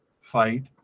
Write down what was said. fight